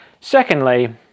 Secondly